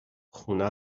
خونه